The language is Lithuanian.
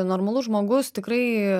normalus žmogus tikrai